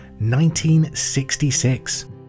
1966